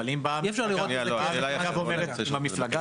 אי אפשר לראות את זה --- אבל במפלגה